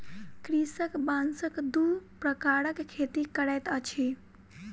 कृषक बांसक दू प्रकारक खेती करैत अछि